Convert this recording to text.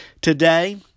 Today